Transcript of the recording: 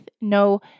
no